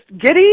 giddy